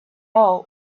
all